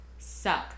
Suck